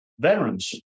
Veterans